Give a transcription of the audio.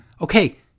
Okay